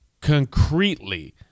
concretely